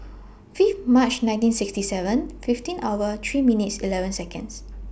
Fifth March nineteen sixty seven fifteen hour three minutes eleven Seconds